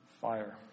fire